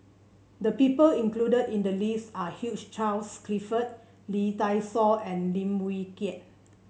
the people included in the list are Hugh Charles Clifford Lee Dai Soh and Lim Wee Kiak